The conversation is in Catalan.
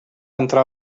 entrar